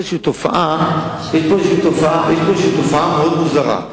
יש פה איזו תופעה מאוד מוזרה.